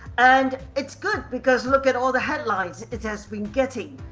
and it's good, because look at all the headlines it has been getting,